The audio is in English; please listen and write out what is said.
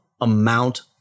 amount